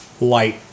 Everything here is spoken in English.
light